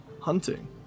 Hunting